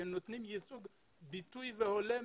שהם נותנים ביטוי הולם,